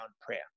prayer